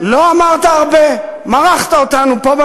לא אמרת הרבה, מרחת אותנו פה,